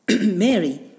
Mary